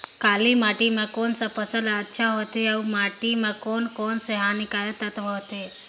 काली माटी मां कोन सा फसल ह अच्छा होथे अउर माटी म कोन कोन स हानिकारक तत्व होथे?